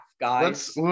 guys